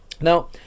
Now